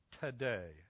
today